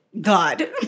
God